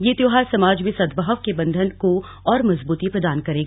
यह त्यौहार समाज में सदभाव के बंधन को और मजबूती प्रदान करेगा